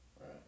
Right